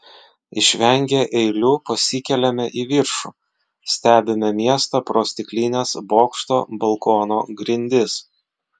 išvengę eilių pasikeliame į viršų stebime miestą pro stiklines bokšto balkono grindis